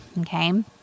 okay